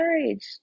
encouraged